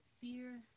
fear